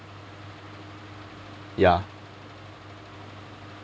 ya